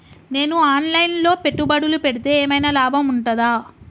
నేను online లో పెట్టుబడులు పెడితే ఏమైనా లాభం ఉంటదా?